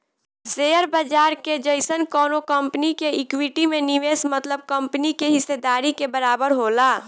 share बाजार के जइसन कवनो कंपनी के इक्विटी में निवेश मतलब कंपनी के हिस्सेदारी के बराबर होला